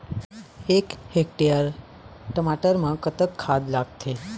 एक हेक्टेयर टमाटर म कतक खाद लागथे?